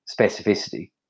specificity